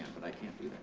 but i can't